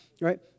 Right